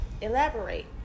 Elaborate